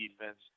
defense